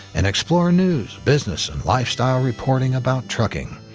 and explore news, business and lifestyle reporting about trucking.